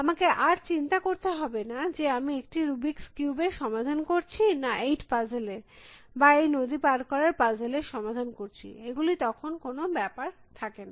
আমাকে আর চিন্তা করতে হবে না যে আমি একটি রুবিক্স কিউব এর সমাধান করছি না 8 পাজেলর বা আমি এই নদী পার করার পাজেলর সমাধান করছি এগুলি তখন কোনো ব্যাপার থাকে না